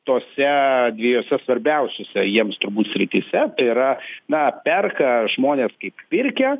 tose dviejose svarbiausiose jiems turbūt srityse tai yra na perka žmonės pirkę